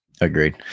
Agreed